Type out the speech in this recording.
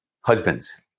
husbands